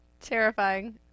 terrifying